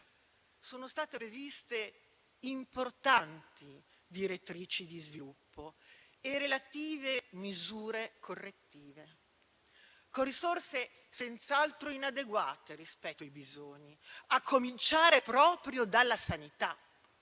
sono state previste importanti direttrici di sviluppo e relative misure correttive, con risorse senz'altro inadeguate rispetto ai bisogni, a cominciare proprio dalla sanità,